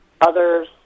others